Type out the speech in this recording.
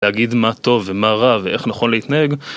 להגיד מה טוב ומה רע ואיך נכון להתנהג.